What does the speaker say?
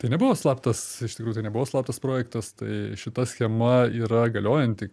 tai nebuvo slaptas iš tikrųjų tai nebuvo slaptas projektas tai šita schema yra galiojanti